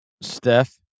Steph